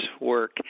work